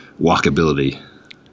walkability